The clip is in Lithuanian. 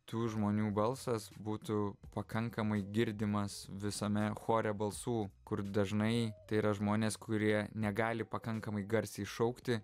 tų žmonių balsas būtų pakankamai girdimas visame chore balsų kur dažnai tai yra žmonės kurie negali pakankamai garsiai šaukti